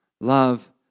love